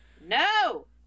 No